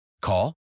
Call